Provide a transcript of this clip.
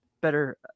better